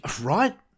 Right